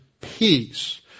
peace